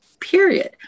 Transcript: period